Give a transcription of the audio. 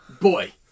boy